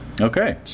Okay